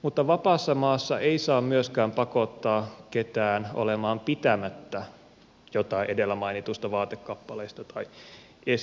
mutta vapaassa maassa ei saa myöskään pakottaa ketään olemaan pitämättä jotain edellä mainituista vaatekappaleista tai esineistä